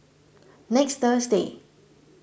next Thursday